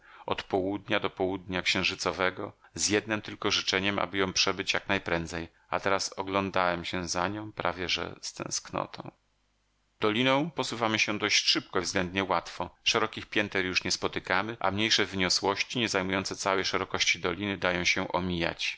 od południa do południa księżycowego z jednem tylko życzeniem aby ją przebyć jak najprędzej a teraz oglądałem się za nią prawie że z tęsknotą doliną posuwamy się dość szybko i względnie łatwo szerokich pięter już nie spotykamy a mniejsze wyniosłości nie zajmujące całej szerokości doliny dają się omijać